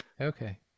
Okay